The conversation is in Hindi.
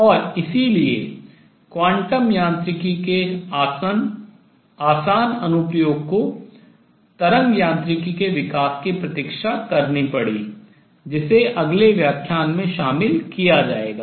और इसलिए क्वांटम यांत्रिकी के आसान अनुप्रयोग को तरंग यांत्रिकी के विकास की प्रतीक्षा करनी पड़ी जिसे अगले व्याख्यान में शामिल किया जाएगा